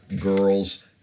girls